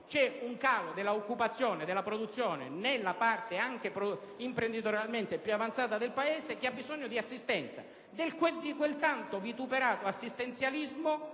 c'è un calo dell'occupazione e della produzione anche nella parte imprenditorialmente più avanzata del Paese, che ha bisogno di assistenza, di quel tanto vituperato assistenzialismo